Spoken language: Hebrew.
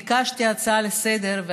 ביקשתי הצעה לסדר-היום,